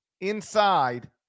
inside